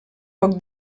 poc